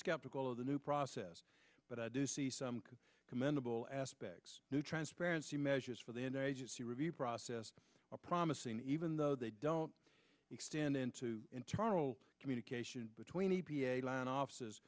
skeptical of the new process but i do see some commendable aspects new transparency measures for the agency review process promising even though they don't extend into internal communication between e p a land office